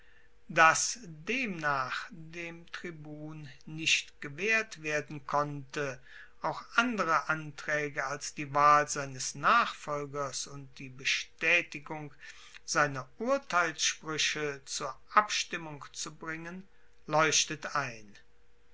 dass demnach dem tribun nicht gewehrt werden konnte auch andere antraege als die wahl seines nachfolgers und die bestaetigung seiner urteilssprueche zur abstimmung zu bringen leuchtet ein